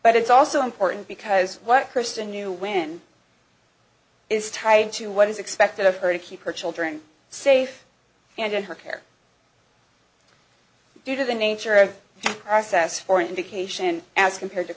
but it's also important because what christa knew when is tied to what is expected of her to keep her children safe and in her care due to the nature of process for indication as compared to